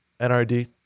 NRD